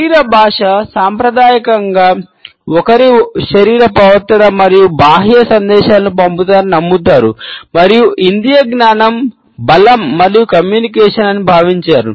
శరీర భాష సాంప్రదాయకంగా ఒకరు శరీర ప్రవర్తన ద్వారా బాహ్య సందేశాలను పంపుతారని నమ్ముతారు మరియు ఇంద్రియ జ్ఞానం బలం మరియు కమ్యూనికేషన్ అని భావించారు